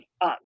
up